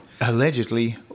allegedly